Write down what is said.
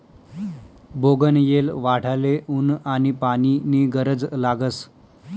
बोगनयेल वाढाले ऊन आनी पानी नी गरज लागस